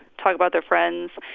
talk about their friends.